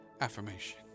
affirmation